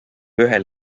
ühel